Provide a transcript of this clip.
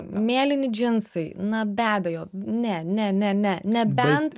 mėlyni džinsai na be abejo ne ne ne ne nebent